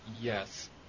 Yes